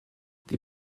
die